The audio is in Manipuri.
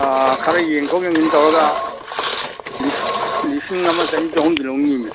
ꯑꯥ ꯈꯔ ꯌꯦꯡꯊꯣꯛ ꯌꯦꯡꯁꯤꯟ ꯇꯧꯔꯒ ꯂꯤꯁꯤꯡ ꯑꯃ ꯆꯅꯤ ꯆꯍꯨꯝꯗꯤ ꯂꯧꯅꯤꯡꯉꯤꯅꯦ